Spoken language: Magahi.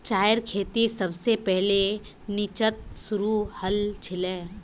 चायेर खेती सबसे पहले चीनत शुरू हल छीले